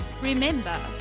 Remember